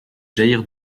jaillir